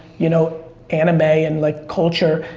you know anime, and like culture.